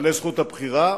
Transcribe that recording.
בעלי זכות הבחירה,